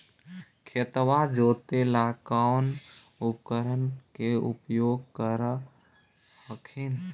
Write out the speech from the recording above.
खेतबा जोते ला कौन उपकरण के उपयोग कर हखिन?